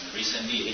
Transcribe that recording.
recently